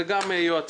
זה גם יועצים.